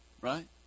right